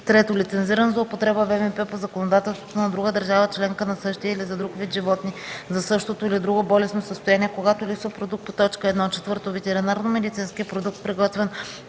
3. лицензиран за употреба ВМП по законодателството на друга държава членка за същия или за друг вид животни за същото или друго болестно състояние – когато липсва продукт по т. 1; 4. ветеринарномедицински продукт, приготвен